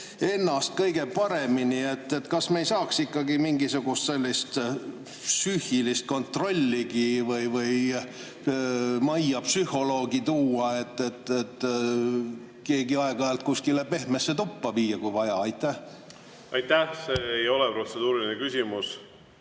ennast kõige paremini. Kas me ei saaks ikkagi teha mingisugust psüühilist kontrolli või majja psühholoogi tuua, et keegi aeg-ajalt kuskile pehmesse tuppa viia, kui vaja? Aitäh! See ei ole protseduuriline küsimus.